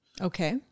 Okay